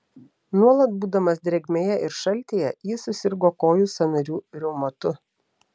nuolat būdamas drėgmėje ir šaltyje jis susirgo kojų sąnarių reumatu